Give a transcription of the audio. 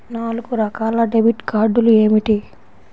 నాలుగు రకాల డెబిట్ కార్డులు ఏమిటి?